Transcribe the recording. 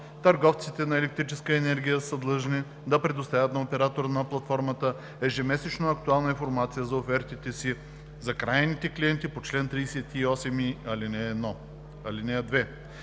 Търговците на електрическа енергия са длъжни да предоставят на оператора на платформата ежемесечно актуална информация за офертите си за крайните клиенти по чл. 38и, ал. 1.